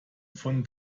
von